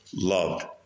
loved